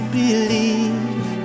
believe